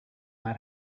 mad